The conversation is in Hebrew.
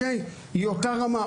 היא אותה רמה.